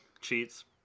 Cheats